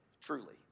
truly